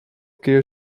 keer